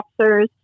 officers